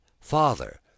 father